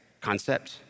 concept